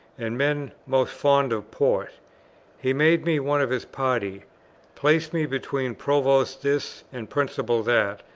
and men most fond of port he made me one of this party placed me between provost this and principal that,